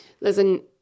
Listen